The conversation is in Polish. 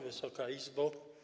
Wysoka Izbo!